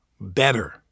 better